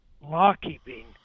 law-keeping